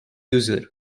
user